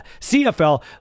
CFL